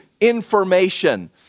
information